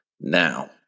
Now